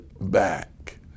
back